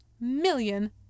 million